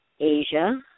Asia